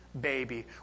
baby